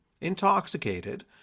intoxicated